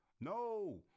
No